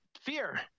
fear